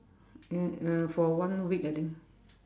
uh uh for one week I think